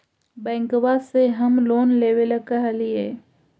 बैंकवा से हम लोन लेवेल कहलिऐ?